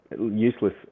Useless